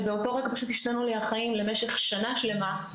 ובאותו רגע פשוט השתנו לי החיים למשך שנה שלמה,